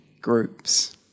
groups